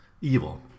evil